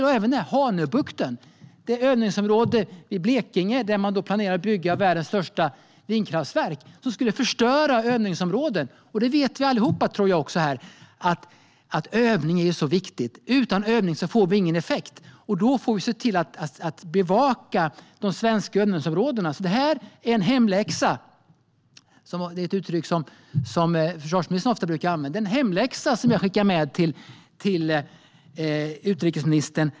Detta gäller även Hanöbukten, det övningsområde i Blekinge där man planerar att bygga världens största vindkraftverk. Det skulle förstöra övningsområdet, och jag tror att alla här vet att övning är viktigt. Utan övning får vi ingen effekt, så vi får se till att bevaka de svenska övningsområdena. Det här är en hemläxa. Det är ett uttryck som försvarsministern ofta brukar använda. Det är en hemläxa som jag skickar med utrikesministern.